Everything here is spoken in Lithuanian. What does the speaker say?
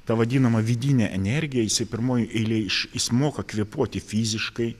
ta vadinama vidine energija jisai pirmoj eilėj iš jis moka kvėpuoti fiziškai